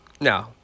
No